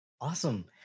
Awesome